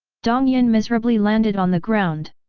dong yin miserably landed on the ground.